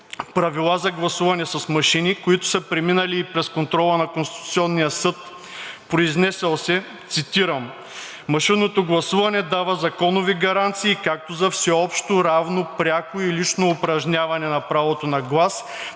правила за гласуване с машини, преминали и през контрола на Конституционния съд, произнесъл се, цитирам: „Машинното гласуване дава законови гаранции както за всеобщо равно, пряко и лично упражняване на правото на глас,